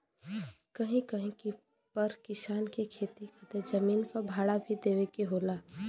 कहीं कहीं पर किसान के खेती खातिर जमीन क भाड़ा भी देवे के होला